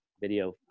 video